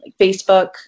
Facebook